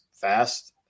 fast